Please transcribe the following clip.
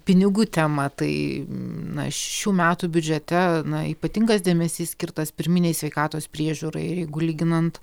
pinigų temą tai na šių metų biudžete na ypatingas dėmesys skirtas pirminei sveikatos priežiūrai ir jeigu lyginant